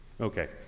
Okay